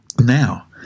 Now